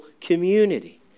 community